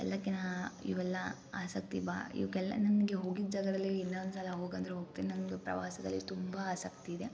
ಎಲ್ಲಕಿನ ಇವೆಲ್ಲ ಆಸಕ್ತಿ ಬಾ ಇವಕ್ಕೆಲ್ಲ ನನಗೆ ಹೋಗಿದ್ದು ಜಾಗದಲ್ಲೇ ಇನ್ನು ಒಂದುಸಲ ಹೋಗಂದ್ರೆ ಹೋಗ್ತೀನಿ ನಂಗೆ ಪ್ರವಾಸದಲ್ಲಿ ತುಂಬ ಅಸ್ತಕಿಯಿದೆ